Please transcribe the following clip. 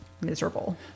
miserable